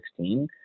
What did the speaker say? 2016